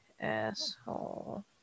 Asshole